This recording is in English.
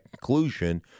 conclusion